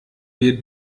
wir